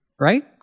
Right